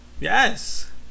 Yes